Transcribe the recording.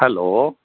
hello